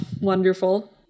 Wonderful